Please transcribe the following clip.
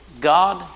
God